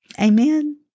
Amen